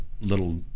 little